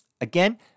again